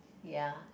ya